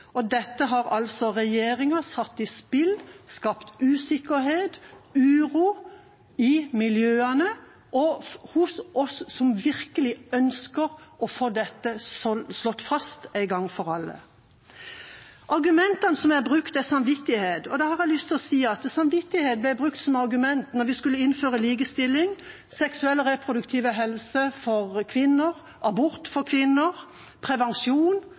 få dette slått fast en gang for alle. Et argument som er brukt, er samvittighet. Da har jeg lyst til å si at samvittighet ble brukt som argument da vi skulle innføre likestilling, seksuell og reproduktiv helse for kvinner, abort for kvinner og prevensjon.